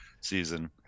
season